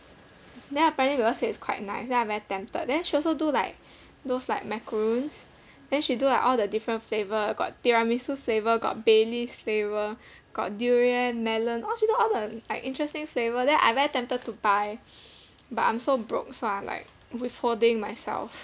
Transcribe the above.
then apparently they all said it's quite nice then I very tempted then she also do like those like macarons then she do like all the different flavor got tiramisu flavor got bailey's flavor got durian melon all she do all the like interesting flavor then I very tempted to buy but I'm so broke so I'm like withholding myself